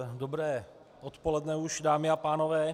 Dobré odpoledne už, dámy a pánové.